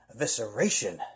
evisceration